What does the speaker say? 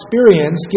experience